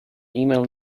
email